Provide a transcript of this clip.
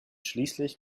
schließlich